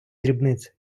дрібниці